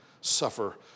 suffer